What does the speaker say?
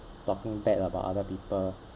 talking bad about other people